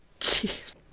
Jeez